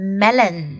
melon